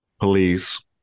Police